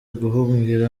guhungira